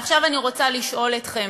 עכשיו, אני רוצה לשאול אתכם: